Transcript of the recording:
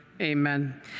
Amen